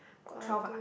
got twelve ah